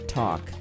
talk